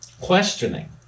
questioning